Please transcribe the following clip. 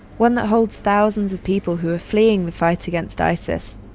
one that holds thousands of people who are fleeing the fight against isis.